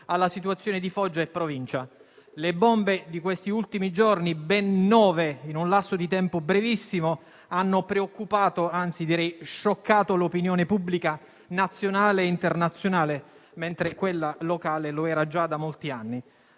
alla situazione di Foggia e Provincia. Le bombe degli ultimi giorni - ben nove in un lasso di tempo brevissimo -hanno preoccupato, anzi direi scioccato l'opinione pubblica nazionale e internazionale, mentre quella locale lo era già da molti anni.